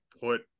put